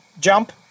Jump